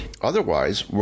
Otherwise